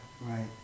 Right